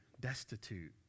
destitute